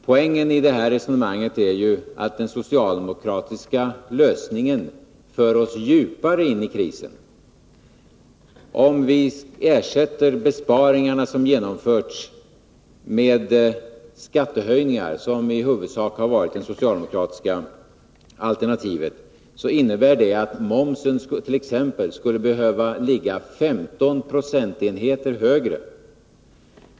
Poängen i detta resonemang är ju att den socialdemokratiska lösningen för oss djupare in i krisen. Om vi ersätter de besparingar som har genomförts med skattehöjningar, som i huvudsak har varit det socialdemokratiska alternativet, innebär det att momsen t.ex. skulle behöva ligga 15 procentenheter högre.